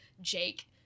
Jake